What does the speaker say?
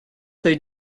they